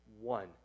one